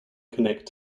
connect